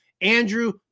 Andrew